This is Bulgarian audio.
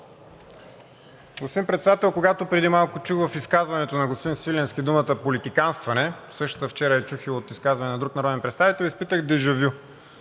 Господин Председател, когато преди малко чух в изказването на господин Свиленски думата политиканстване – същата вчера я чух и от изказване на друг народен представител, изпитах дежавю.